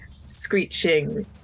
screeching